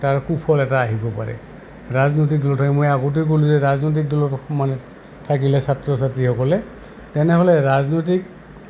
তাৰ সুফল এটা আহিব পাৰে ৰাজনৈতিক দলত মই আগতেই ক'লোঁ যে ৰাজনৈতিক দলত সোমালে থাকিলে ছাত্ৰ ছাত্ৰীসকলে তেনেহ'লে ৰাজনৈতিক